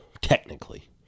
Technically